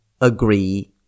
agree